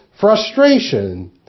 frustration